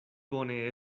bone